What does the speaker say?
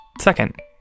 Second